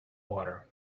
water